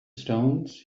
stones